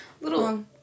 little